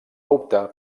optar